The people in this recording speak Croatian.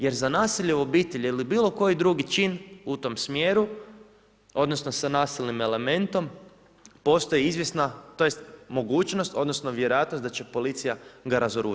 Jer za nasilje u obitelji ili bilo koji drugi čin i u tom smjeru, odnosno, sa nasilnim elementom, postaje izvjesna, tj. mogućnost, odnosno, vjerojatnost da će policija ga razoružati.